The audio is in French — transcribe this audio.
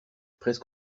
presque